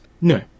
No